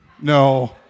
No